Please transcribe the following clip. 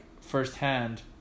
firsthand